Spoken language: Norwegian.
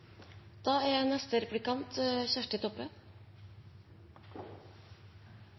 Da har representanten Kjersti Toppe